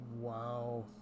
Wow